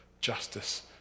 Justice